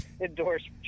endorse